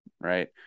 right